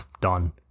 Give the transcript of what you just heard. done